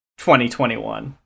2021